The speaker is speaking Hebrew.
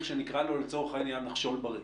שנקרא לו לצורך העניין "נחשול בריא".